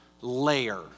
layer